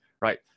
right